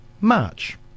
March